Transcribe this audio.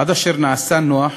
עד אשר נעשה נוח